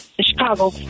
Chicago